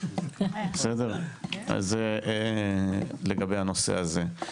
זה לגבי הנושא הזה.